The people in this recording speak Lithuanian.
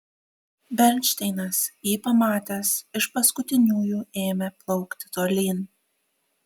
bernšteinas jį pamatęs iš paskutiniųjų ėmė plaukti tolyn